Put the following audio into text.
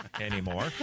anymore